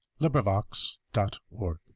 LibriVox.org